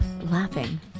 laughing